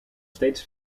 steeds